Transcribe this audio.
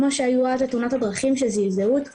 כמו שהיו אז לתאונות הדרכים שזעזעו את כולם.